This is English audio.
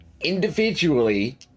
individually